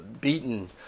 beaten